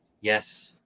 yes